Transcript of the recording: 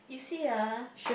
you see ah